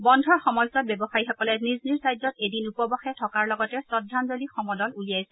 বন্ধৰ সময়ছোৱাত ব্যৱসায়ীসকলে নিজ নিজ ৰাজ্যত এদিন উপবাসে থকাৰ লগতে শ্ৰদ্ধাঞ্জলি সমদল উলিয়াইছে